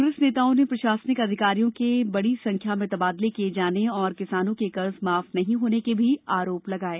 कांग्रेस नेताओं ने प्रशासनिक अधिकारियों के बड़ी संख्या में तबादले किये जाने और किसानों के कर्ज माफ नहीं होने के भी आरोप लगाये